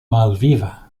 malviva